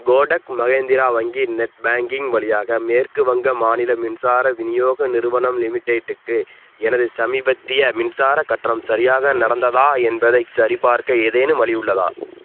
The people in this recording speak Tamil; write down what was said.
கோடக் மஹேந்திரா வங்கி நெட் பேங்கிங் வழியாக மேற்கு வங்க மாநில மின்சார விநியோக நிறுவனம் லிமிடெட்டுக்கு எனது சமீபத்திய மின்சாரக் கட்டணம் சரியாக நடந்ததா என்பதைச் சரிபார்க்க ஏதேனும் வழி உள்ளதா